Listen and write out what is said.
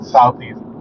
Southeast